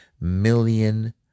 million